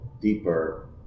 deeper